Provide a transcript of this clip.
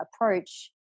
approach